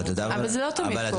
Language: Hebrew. אבל זה לא תמיד קורה.